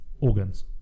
organs